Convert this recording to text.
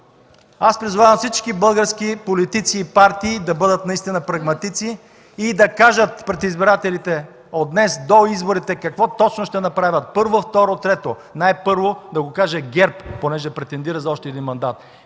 Аз призовавам всички български политици и партии да бъдат наистина прагматици и да кажат пред избирателите от днес до изборите какво точно ще направят – първо, второ, трето. Най-първо да го каже ГЕРБ, понеже претендира за още един мандат.